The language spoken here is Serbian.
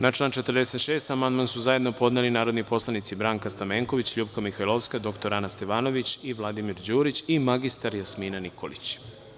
Na član 46. amandman su zajedno podneli narodni poslanici Branka Stamenković, LJupka Mihajlovska, dr Ana Stevanović, Vladimir Đurić i mr Jasmina Nikolić.